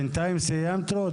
בנתיים סיימת רות?